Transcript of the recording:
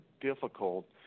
difficult